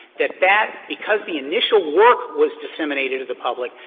that that because the initial work was disseminated to the public,